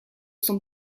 son